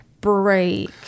break